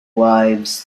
wives